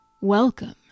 Welcome